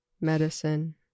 medicine